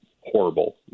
horrible